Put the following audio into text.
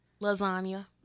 Lasagna